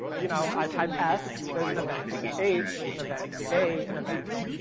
you know i type s, there's an event, h and event, a and event,